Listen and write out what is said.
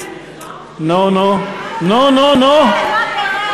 אינו נוכח באסל גטאס,